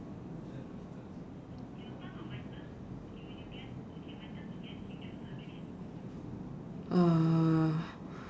uh